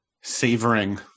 savoring